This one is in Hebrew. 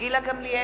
גילה גמליאל,